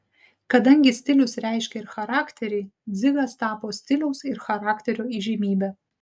kadangi stilius reiškia ir charakterį dzigas tapo stiliaus ir charakterio įžymybe